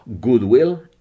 goodwill